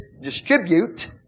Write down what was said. distribute